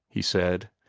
he said.